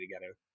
together